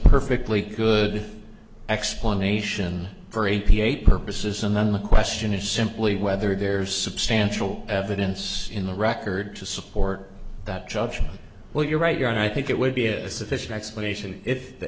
perfectly good explanation for a p a purposes and then the question is simply whether there's substantial evidence in the record to support that judgment well you're right here and i think it would be a sufficient explanation if the